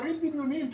מספרים דמיוניים.